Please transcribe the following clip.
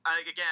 again